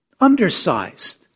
undersized